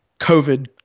covid